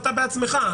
אתה בעצמך,